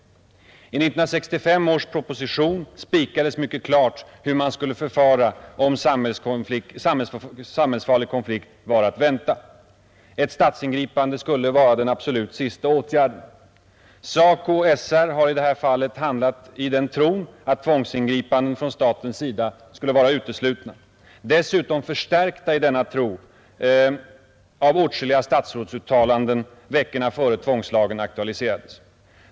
I 1965 års proposition spikades mycket klart hur man skulle förfara om samhällsfarlig konflikt var att vänta. Ett statsingripande skulle vara den absolut sista åtgärden. SACO och SR handlade följaktligen i den tron att tvångsingripanden från statens sida var uteslutna — dessutom förstärkta i denna tro av åtskilliga statsrådsuttalanden veckorna innan tvångslagen aktualiserades.